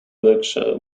berkshire